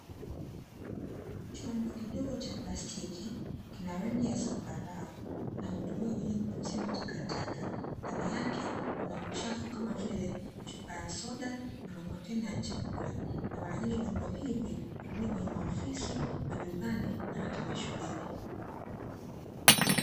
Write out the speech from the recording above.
Chombo kidogo cha plastiki kina rangi ya zambarau na hutumika kwa ajili ya kutunzia matakataka, ndani yake kuna uchafu, kama vile chupa ya soda na makontena ya chakula. Na mara nyingi vyombo hivi hutumiwa kwenye maofisi, majumbani na hata mashuleni.